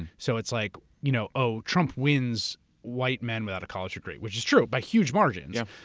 so it's like, you know oh, trump wins white men without a college degree, which is true by huge margins. yeah.